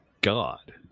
God